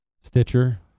stitcher